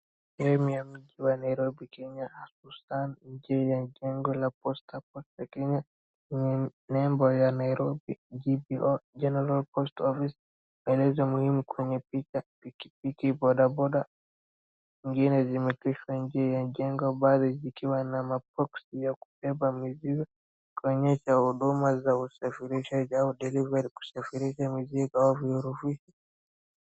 Sehemu ya mji wa Nairobi, Kenya hususan nje ya jengo la posta ya Kenya, ni nembo ya Nairobi GPO-General post office , maelezo muhimu kwenye picha, pikipiki bodaboda, zingine zimekita nje ya jengo baadhi zikiwa na maboxi ya kubeba mizigo kuonyesha huduma za usafirishaji au delivery kusafirisha mizigo au vihurufi.